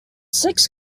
six